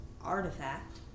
artifact